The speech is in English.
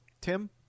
Tim